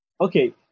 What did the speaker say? okay